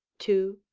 two,